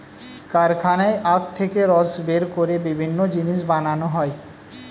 কারখানায় আখ থেকে রস বের করে বিভিন্ন জিনিস বানানো হয়